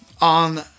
on